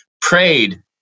prayed